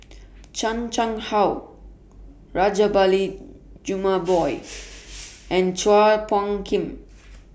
Chan Chang How Rajabali Jumabhoy and Chua Phung Kim